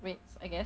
rates I guess